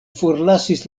forlasis